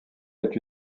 est